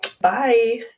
bye